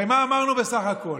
הרי מה אמרנו בסך הכול?